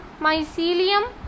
mycelium